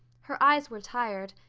her eyes were tired,